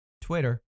Twitter